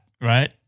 right